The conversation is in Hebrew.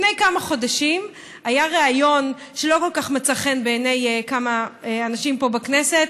לפני כמה חודשים היה ריאיון שלא כל כך מצא חן בעיני כמה אנשים פה בכנסת,